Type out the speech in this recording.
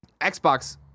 Xbox